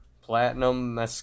Platinum